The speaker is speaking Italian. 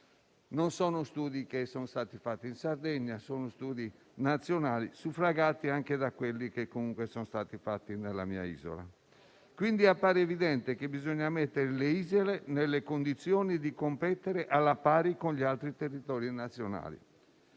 Tali studi non sono stati fatti in Sardegna, ma sono nazionali e suffragati anche da quelli che comunque sono stati fatti nella mia isola. Appare quindi evidente che bisogna mettere le isole nelle condizioni di competere alla pari con gli altri territori nazionali.